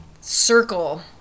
Circle